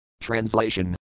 Translation